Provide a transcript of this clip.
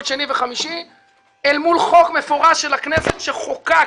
שני וחמישי אל מול חוק מפורש של הכנסת שחוקק,